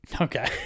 Okay